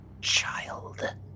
child